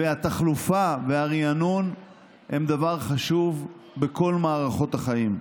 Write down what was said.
והתחלופה והריענון הם דבר חשוב בכל מערכות החיים.